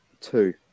two